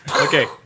Okay